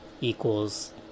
equals